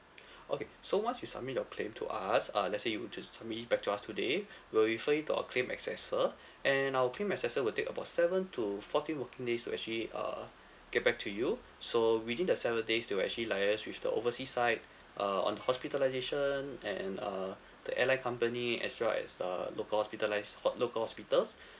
okay so once you submit your claim to us uh let's say you just submit it back to us today we will refer it to our claim assessor and our claim assessor will take about seven to fourteen working days to actually uh get back to you so within the seven days to actually liaise with the oversea side uh on the hospitalisation and uh the airline company as well as uh local hospitalised hot~ local hospitals